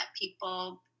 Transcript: people